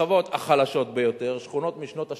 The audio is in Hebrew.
השכבות החלשות ביותר, שכונות משנות ה-60,